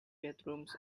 bedrooms